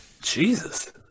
Jesus